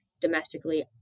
domestically